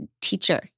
teacher